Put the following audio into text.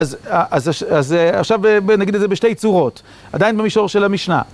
אז עכשיו נגיד את זה בשתי צורות, עדיין במישור של המשנה.